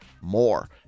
more